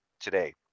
today